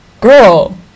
Girl